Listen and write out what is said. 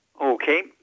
Okay